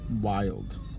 wild